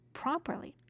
properly